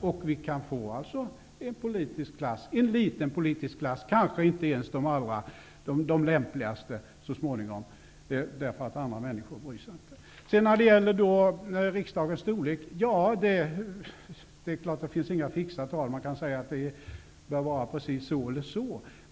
Så småningom får vi kanske en liten politisk klass -- kanske inte ens med de lämpligaste -- därför att människor inte bryr sig. Sedan något om riksdagens storlek. Det är klart att det inte finns några fixa tal. Man kan säga att det bör vara så eller så.